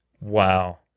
Wow